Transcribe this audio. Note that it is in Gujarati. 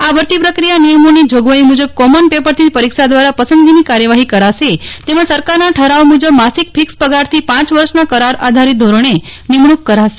આ ભરતી પ્રક્રિયા નિયમોની જોગવાઈ મુજબ કોમન પેપરથી પરીક્ષા દ્વારા પસંદગીની કાર્યવાહી કરાશે તેમજ સરકારના ઠરાવ મુજબ માસિક ફિક્સ પગારથી પાંચ વર્ષના કરાર આધારિત ધોરણે નિમણૂક કરાશે